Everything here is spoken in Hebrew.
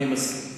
אני מסכים.